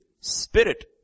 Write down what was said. spirit